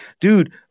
dude